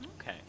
Okay